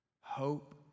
hope